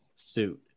suit